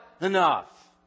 enough